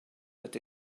that